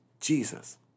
Jesus